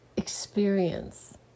experience